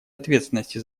ответственности